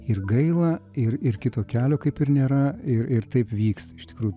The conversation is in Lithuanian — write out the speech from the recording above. ir gaila ir ir kito kelio kaip ir nėra ir ir taip vyksta iš tikrųjų